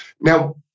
Now